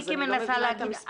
אז אני לא מבינה את המספרים האלה.